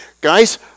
Guys